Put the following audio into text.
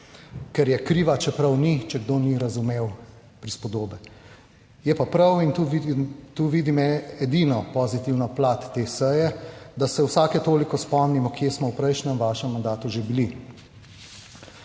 Ker je kriva, čeprav ni. Če kdo ni razumel prispodobe. Je pa prav in tu vidim edino pozitivno plat te seje, da se vsake toliko spomnimo, kje smo v prejšnjem vašem mandatu že bili.